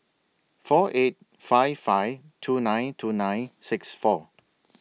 four eight five five two nine two nine six four